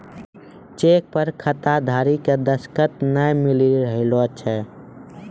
cheque पर खाताधारी के दसखत नाय मिली रहलो छै